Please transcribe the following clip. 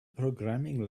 programming